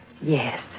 Yes